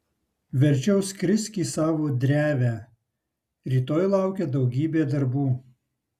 verčiau skrisk į savo drevę rytoj laukia daugybė darbų